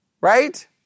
Right